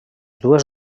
dues